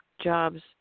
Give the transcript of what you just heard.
jobs